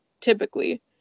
typically